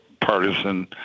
partisan